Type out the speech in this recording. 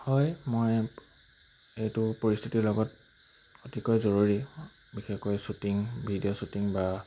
হয় মই এইটো পৰিস্থিতিৰ লগত অতিকৈ জৰুৰী বিশেষকৈ শ্বুটিং ভিডিঅ' শ্বুটিং বা